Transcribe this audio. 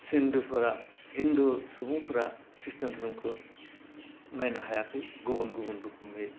सिन्दुफोरा हिन्दु सुबुंफोरा ख्रिष्टान धोरोमखौ नायनो हायाखै गुबुन गुबुन रोखोमनि